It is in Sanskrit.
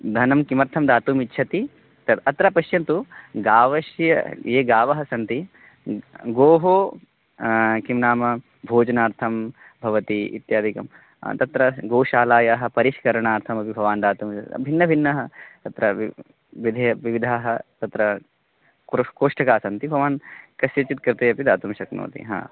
धनं किमर्थं दातुमिच्छति त् अत्र पश्यन्तु गावः ये गावः सन्ति गोः किं नाम भोजनार्थं भवति इत्यादिकं तत्र गोशालायाः परिष्करणार्थमपि भवान् दातुं भिन्न भिन्नः तत्र व् विधेयः विविधाः तत्र कुर् कोष्टकाः सन्ति भवान् कस्यचित् कृते अपि दातुं शक्नोति